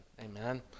Amen